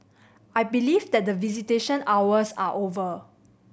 I believe that visitation hours are over